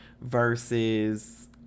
versus